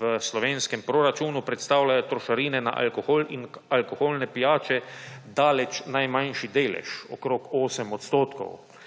v slovenskem proračunu predstavljajo trošarine na alkohol in alkoholne pijače daleč najmanjši delež, okrog 8 %,